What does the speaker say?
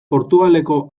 portugaleko